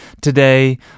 today